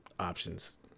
options